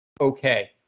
okay